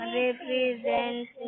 represent